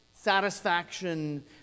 satisfaction